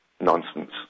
nonsense